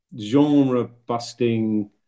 genre-busting